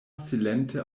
silente